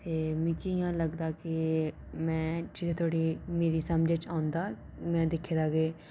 ते मिगी इं'या लगदा के में जित्थूं तोड़ी मेरी समझै च औंदा में दिक्खे दा के